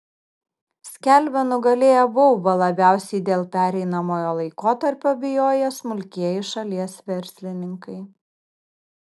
skelbia nugalėję baubą labiausiai dėl pereinamojo laikotarpio bijoję smulkieji šalies verslininkai